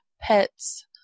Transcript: Pets